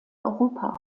europa